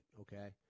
okay